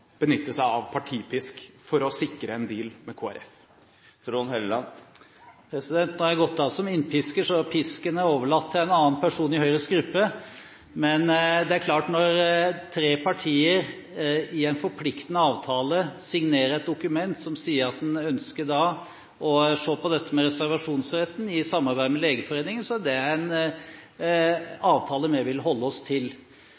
seg av partipisk for å sikre en «deal» med Kristelig Folkeparti? Nå har jeg gått av som innpisker, så pisken er overlatt til en annen person i Høyres gruppe. Men det er klart at når tre partier i en forpliktende avtale signerer et dokument som sier at en ønsker å se på dette med reservasjonsretten i samarbeid med Legeforeningen, er det en avtale vi vil holde oss til.